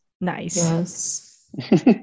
Nice